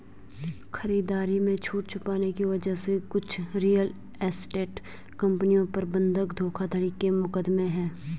खरीदारी में छूट छुपाने की वजह से कुछ रियल एस्टेट कंपनियों पर बंधक धोखाधड़ी के मुकदमे हैं